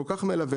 כל כך מלווה.